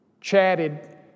chatted